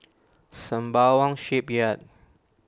Sembawang Shipyard